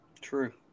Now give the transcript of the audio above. True